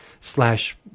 slash